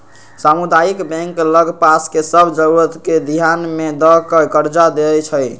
सामुदायिक बैंक लग पास के सभ जरूरत के ध्यान में ध कऽ कर्जा देएइ छइ